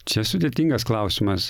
čia sudėtingas klausimas